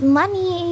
money